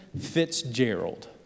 Fitzgerald